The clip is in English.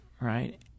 Right